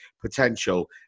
potential